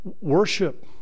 Worship